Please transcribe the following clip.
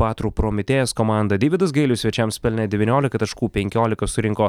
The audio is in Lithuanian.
patru prometėjas komandą deividas gailius svečiams pelnė devyniolika taškų penkiolika surinko